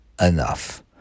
enough